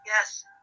Yes